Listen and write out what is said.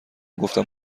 گفتم